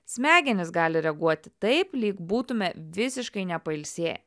smegenys gali reaguoti taip lyg būtume visiškai nepailsėję